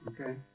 Okay